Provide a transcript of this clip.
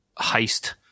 heist